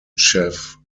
chef